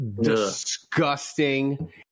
disgusting